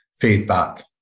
feedback